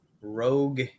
Rogue